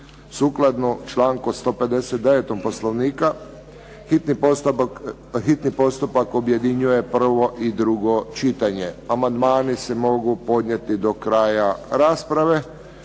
sukladno članku 159. Poslovnika. Hitni postupak objedinjuje prvo i drugo čitanje. Amandmani se mogu podnijeti do kraja rasprave.